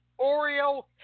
Oreo